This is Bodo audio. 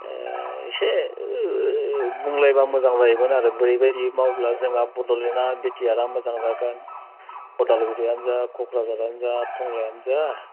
इसे बुंलायबा मोजां जायोमोन आरो बोरैबायदि मावोब्ला जोंहा बड'लेण्डआ बि टि आर आ मोजां जागोन अदालगुरियानो जा क'क्राझारआनो जा टंलायानो जा